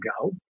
go